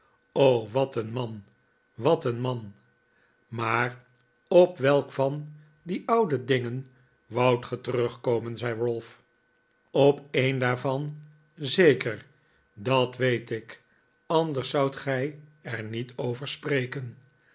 o wat een man wat een man maar op welk van die oude dingen woudt ge terugkomen zei ralph op een daarvan zeker dat weet ik anders zoudt gij er niet over spreken